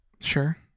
Sure